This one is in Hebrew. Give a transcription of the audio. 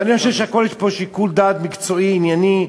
ואני חושב שבכול יש פה שיקול דעת מקצועי, ענייני.